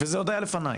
וזה עוד היה לפני.